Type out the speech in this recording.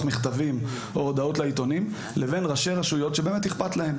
מכתבים או הודעות לעיתונים לבין ראשי רשויות שבאמת אכפת להם.